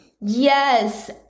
Yes